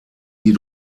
wie